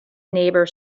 neighbor